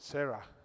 Sarah